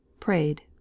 Prayed